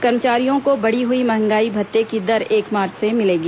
कर्मचारियों को बढ़ी हुई महंगाई भत्ते की दर एक मार्च से मिलेगा